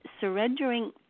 surrendering